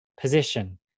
position